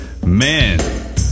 man